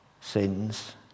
Sins